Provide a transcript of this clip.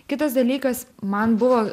kitas dalykas man buvo